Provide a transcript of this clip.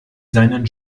seinen